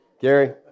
Gary